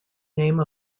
name